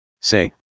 Say